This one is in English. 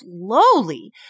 slowly